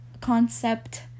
concept